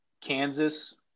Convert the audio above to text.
Kansas